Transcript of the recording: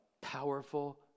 powerful